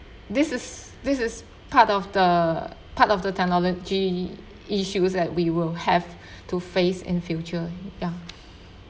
this is this is part of the part of the technology issues that we will have to face in future ya